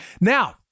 Now